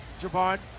Javon